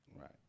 Right